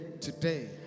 today